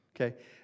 Okay